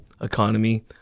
economy